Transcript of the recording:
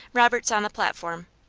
robert's on the platform.